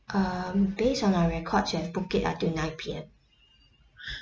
um base on our records you have book it until nine P_M